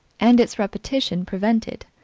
and its repetition prevented,